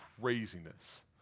craziness